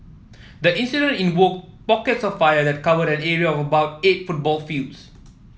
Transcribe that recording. the incident involved pockets of fire that covered an area of about eight football fields